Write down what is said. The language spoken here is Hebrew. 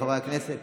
חברי הכנסת.